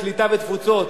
הקליטה והתפוצות.